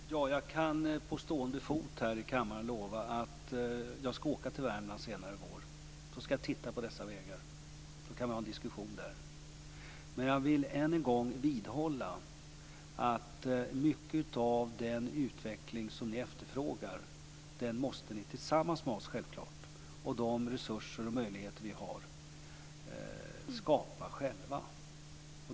Fru talman! Jag kan på stående fot här i kammaren lova att jag skall åka till Värmland senare i vår. Då skall jag titta på dessa vägar. Sedan kan vi ha en diskussion om det. Men jag vill än en gång vidhålla att mycket av den utveckling som ni efterfrågar måste ni skapa själva tillsammans med oss med de resurser och möjligheter vi har.